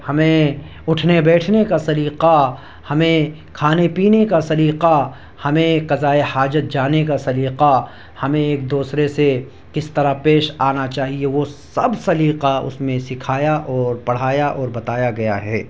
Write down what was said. ہمیں اٹھنے بیٹھنے کا سلیقہ ہمیں کھانے پینے کا سلیقہ ہمیں قضائے حاجت جانے کا سلیقہ ہمیں ایک دوسرے سے کس طرح پیش آنا چاہیے وہ سب سلیقہ اس میں سیکھایا اور پڑھایا اور بتایا گیا ہے